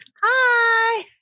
Hi